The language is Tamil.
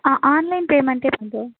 ஆ ஆன்லைன் பேமெண்ட்டே பண்ணுறேன்